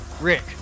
Rick